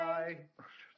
Bye